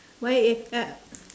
why is ah